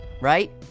Right